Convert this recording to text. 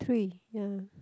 three ya